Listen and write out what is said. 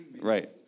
Right